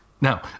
now